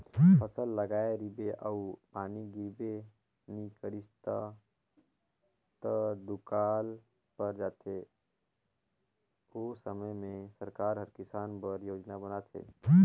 फसल लगाए रिबे अउ पानी गिरबे नी करिस ता त दुकाल पर जाथे ओ समे में सरकार हर किसान बर योजना बनाथे